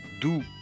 doux